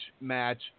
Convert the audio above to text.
match